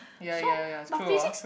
so but physics